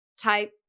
type